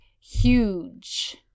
huge